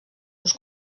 uns